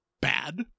bad